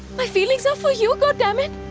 my feelings are for you, goddamit.